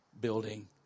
building